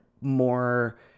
more